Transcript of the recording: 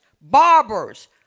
barbers